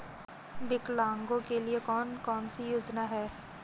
विकलांगों के लिए कौन कौनसी योजना है?